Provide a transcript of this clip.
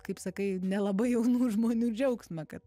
kaip sakai nelabai jaunų žmonių džiaugsmą kad